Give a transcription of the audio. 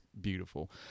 beautiful